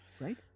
right